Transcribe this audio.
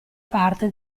parte